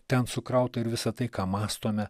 ten sukrauta ir visa tai ką mąstome